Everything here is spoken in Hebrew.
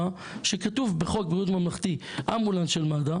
שכתוב בחוק בריאות ממלכתי "אמבולנס של מד"א,